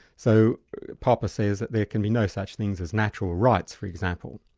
so popper says that there can be no such things as natural rights, for example.